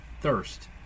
thirst